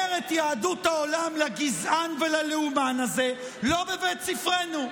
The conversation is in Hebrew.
אומרת יהדות העולם לגזען וללאומן הזה: לא בבית ספרנו.